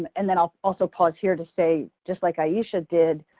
and then i'll also pause here to say, just like aiesha did,